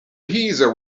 heather